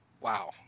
Wow